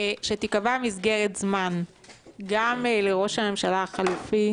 שתיקבע מסגרת זמן גם לראש הממשלה החלופי,